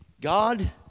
God